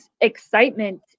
excitement